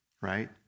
right